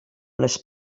les